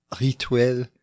Rituel